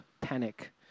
panic